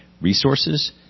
resources